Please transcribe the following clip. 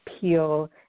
peel